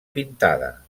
pintada